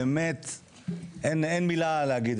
באמת אין מילה להגיד.